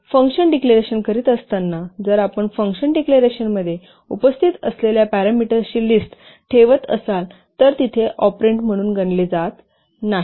आपण function declaration करीत असताना जर आपण फंक्शन डिक्लेरेशनमध्ये उपस्थित असलेल्या पॅरामीटर्सची लिस्ट ठेवत असाल तर तिथे ऑपरेंड म्हणून गणले जात नाही